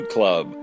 Club